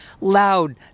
loud